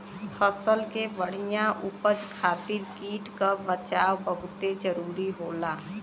फसल के बढ़िया उपज खातिर कीट क बचाव बहुते जरूरी होला